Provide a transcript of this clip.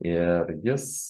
ir jis